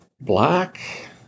black